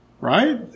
right